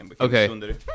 okay